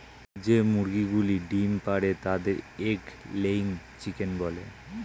যে মুরগিগুলো ডিম পাড়ে তাদের এগ লেয়িং চিকেন বলে